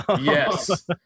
Yes